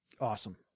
awesome